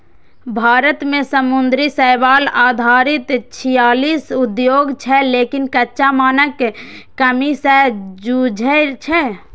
भारत मे समुद्री शैवाल आधारित छियालीस उद्योग छै, लेकिन कच्चा मालक कमी सं जूझै छै